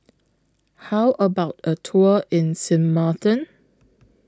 How about A Tour in Sint Maarten